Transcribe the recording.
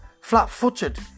flat-footed